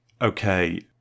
okay –